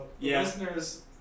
listeners